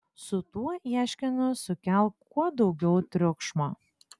su tuo ieškiniu sukelk kuo daugiau triukšmo